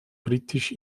britisch